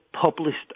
published